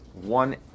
one